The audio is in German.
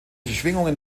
schwingungen